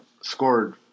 scored